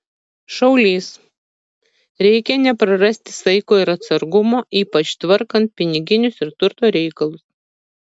šaulys reikia neprarasti saiko ir atsargumo ypač tvarkant piniginius ir turto reikalus